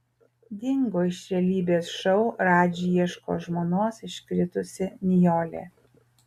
dingo iš realybės šou radži ieško žmonos iškritusi nijolė